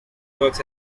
works